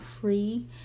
free